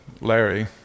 Larry